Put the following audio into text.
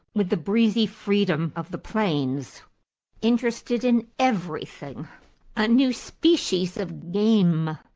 with the breezy freedom of the plains interested in everything a new species of game,